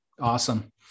Awesome